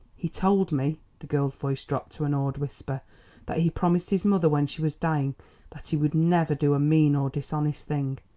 he told me the girl's voice dropped to an awed whisper that he promised his mother when she was dying that he would never do a mean or dishonest thing.